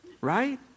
right